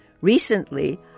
Recently